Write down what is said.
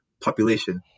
population